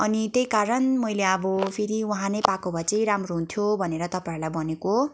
अनि त्यही कारण मैले अब फेरि उहाँ नै पाएको भए चाहिँ राम्रो हुन्थ्यो भनेर तपाईँहरूलाई भनेको